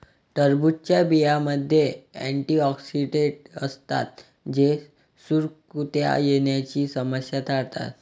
टरबूजच्या बियांमध्ये अँटिऑक्सिडेंट असतात जे सुरकुत्या येण्याची समस्या टाळतात